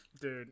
Dude